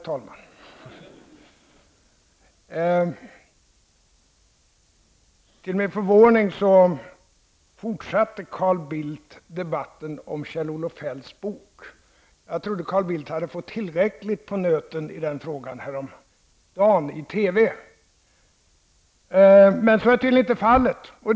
Till min förvåning fortsatte Carl Bildt debatten om Kjell-Olof Feldts bok. Jag trodde Bildt hade fått tillräckligt på nöten i den frågan häromdagen i TV, men så tycks inte vara fallet.